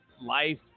life